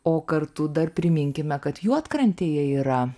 o kartu dar priminkime kad juodkrantėje yra